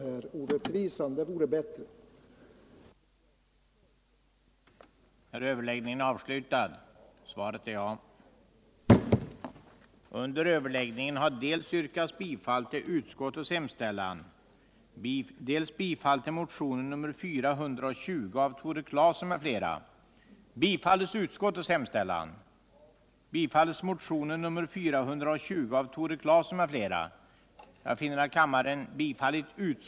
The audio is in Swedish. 140 den det ej vill röstar nej.